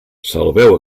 salveu